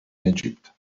egypt